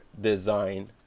design